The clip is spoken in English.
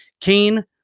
kane